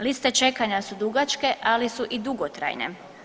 Liste čekanja su dugačke, ali su i dugotrajne.